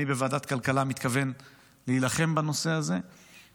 אני מתכוון להילחם בנושא הזה בוועדת הכלכלה.